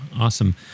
Awesome